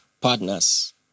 partners